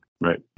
Right